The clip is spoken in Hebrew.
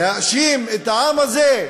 להאשים את העם הזה?